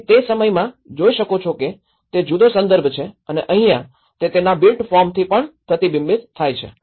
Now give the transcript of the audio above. તેથી તે સમયમાં જોઈ શકો છો કે તે જુદો સંદર્ભ છે અને અહીંયા તે તેના બિલ્ટ ફોર્મથી પણ પ્રતિબિંબિત થાય છે